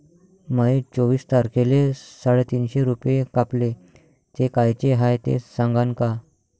माये चोवीस तारखेले साडेतीनशे रूपे कापले, ते कायचे हाय ते सांगान का?